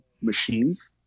machines